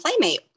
playmate